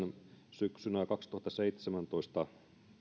syksyllä kaksituhattaseitsemäntoista tekemässä